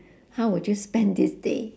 how would you spend this day